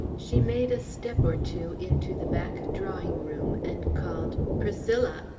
she made a step or two into the back drawing-room, and called priscilla!